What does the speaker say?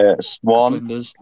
Swan